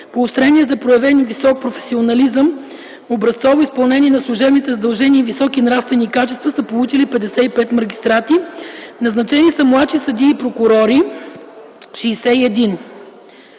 поощрения за проявени висок професионализъм, образцово изпълнение на служебните задължения и високи нравствени качества са получили 55 магистрати; назначени са младши съдии и прокурори – 61